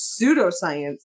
pseudoscience